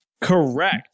Correct